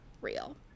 real